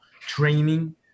training